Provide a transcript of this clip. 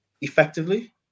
Effectively